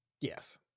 Yes